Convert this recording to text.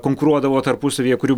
konkuruodavo tarpusavyje kurių